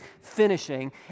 finishing